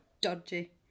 dodgy